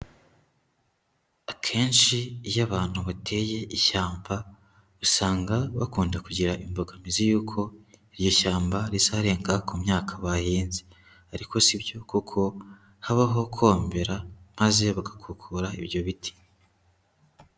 Akenshi iyo abantu bateye ishyamba, usanga bakunda kugira imbogamizi y'uko iryo shyamba rizarenga ku myaka bahinze ariko sibyo ko kuko habaho kombera maze bagakokora ibyo biti.